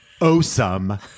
awesome